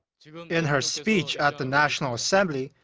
in her speech at the national assembly,